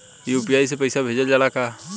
UPI से पईसा भेजल जाला का?